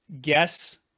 Guess